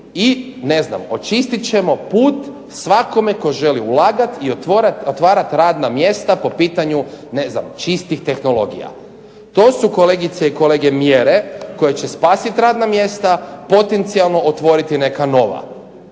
i ne znam očistit ćemo put svakome tko želi ulagati i otvarati radna mjesta po pitanju čistih tehnologija. To su kolegice i kolege mjere koje će spasiti radna mjesta, potencijalno otvoriti neka nova.